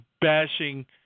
bashing